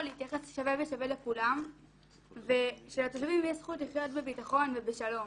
להתייחס שווה בשווה לכולם ושלתושבים יש זכות לחיות בביטחון ובשלום.